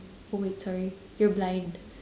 oh wait sorry you're blind